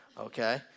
Okay